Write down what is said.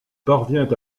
parvient